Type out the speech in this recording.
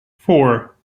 four